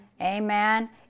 amen